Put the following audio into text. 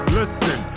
listen